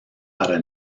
para